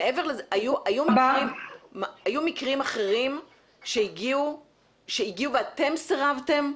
היו מקרים אחרים שהגיעו ואתם סירבתם?